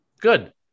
Good